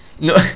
no